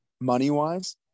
money-wise